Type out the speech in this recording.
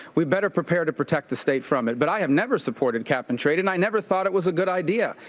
we better prepare to protect the state from it. but i have never supported cap and-trade and i never thought it was a good idea.